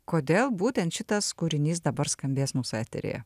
kodėl būtent šitas kūrinys dabar skambės mūsų eteryje